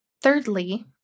Thirdly